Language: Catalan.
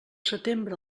setembre